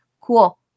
Cool